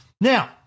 Now